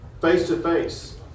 face-to-face